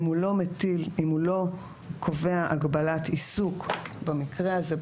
אם הוא לא קובע הגבלת עיסוק במקרה הזה,